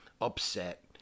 upset